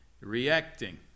reacting